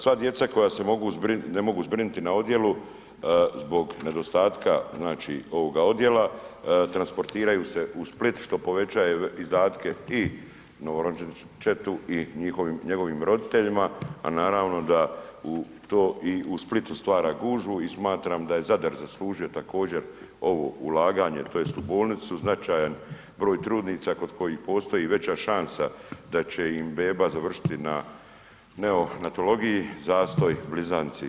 Sva djeca koja se mogu, ne mogu zbrinuti na odjelu, zbog nedostatka znači ovoga odjela, transportiraju se u Split što povećava izdatke i novorođenčetu i njegovim roditeljima, a naravno da u to i u Splitu stvara gužvu i smatram da je Zadar zaslužio također, ovo ulaganje tj. u bolnicu značajan broj trudnica kod kojih postoji veća šansa da će im beba završiti na neonatalogiji, zastoj, blizanci i sl.